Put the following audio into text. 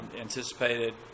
anticipated